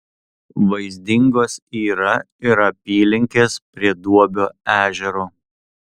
vaizdingos yra ir apylinkės prie duobio ežero